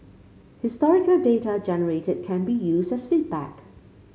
historical data generated can be used as feedback